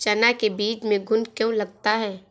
चना के बीज में घुन क्यो लगता है?